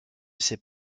sait